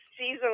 season